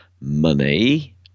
money